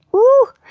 oooh!